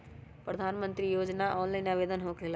प्रधानमंत्री योजना ऑनलाइन आवेदन होकेला?